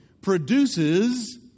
produces